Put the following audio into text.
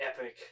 epic